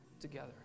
together